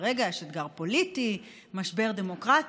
כרגע יש אתגר פוליטי, משבר דמוקרטי,